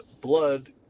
blood